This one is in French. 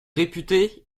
réputé